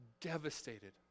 devastated